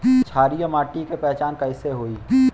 क्षारीय माटी के पहचान कैसे होई?